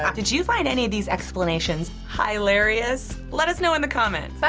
um did you find any of these explanations high-larious? let us know in the comments.